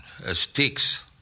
sticks